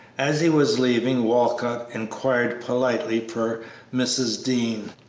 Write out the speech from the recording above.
as he was leaving walcott inquired politely for mrs. dean,